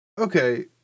okay